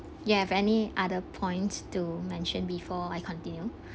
you have any other points to mention before I continue